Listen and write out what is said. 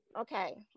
Okay